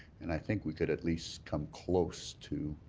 and i think we could at least come close to